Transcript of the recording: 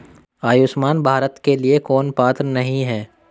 आयुष्मान भारत के लिए कौन पात्र नहीं है?